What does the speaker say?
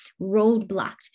roadblocked